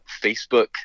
Facebook